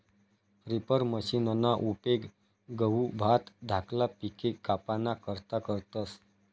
reaper मशिनना उपेग गहू, भात धाकला पिके कापाना करता करतस